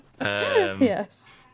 Yes